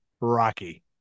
rocky